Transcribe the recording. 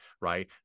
right